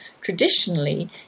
traditionally